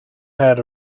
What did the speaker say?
had